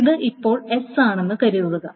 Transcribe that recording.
ഇത് ഇപ്പോൾ S ആണെന്ന് കരുതുക